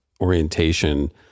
orientation